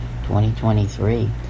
2023